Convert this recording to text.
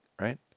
right